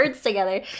together